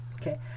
okay